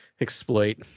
exploit